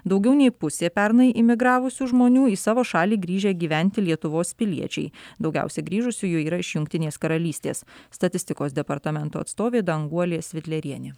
daugiau nei pusė pernai imigravusių žmonių į savo šalį grįžę gyventi lietuvos piliečiai daugiausiai grįžusiųjų yra iš jungtinės karalystės statistikos departamento atstovė danguolė svidlerienė